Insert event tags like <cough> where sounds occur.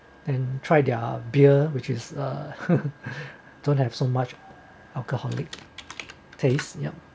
and try their beer which is uh <laughs> don't have so much alcoholic taste yup